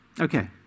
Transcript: Okay